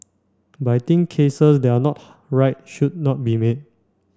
but I think cases that are not right should not be made